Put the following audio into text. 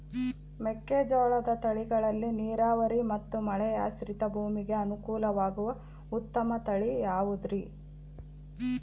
ಮೆಕ್ಕೆಜೋಳದ ತಳಿಗಳಲ್ಲಿ ನೇರಾವರಿ ಮತ್ತು ಮಳೆಯಾಶ್ರಿತ ಭೂಮಿಗೆ ಅನುಕೂಲವಾಗುವ ಉತ್ತಮ ತಳಿ ಯಾವುದುರಿ?